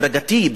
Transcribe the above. הדרגתי,